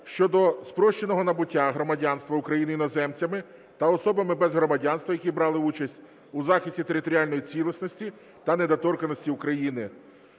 щодо спрощеного набуття громадянства України іноземцями та особами без громадянства, які брали участь у захисті територіальної цілісності та недоторканності України.